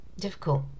difficult